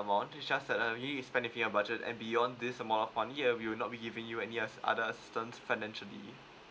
amount its just that um you need to spend within your budget and beyond this amount of one year we will not be giving you any as other assistance financially